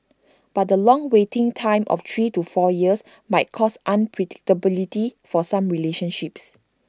but the long waiting time of three to four years might cause unpredictability for some relationships